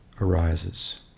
arises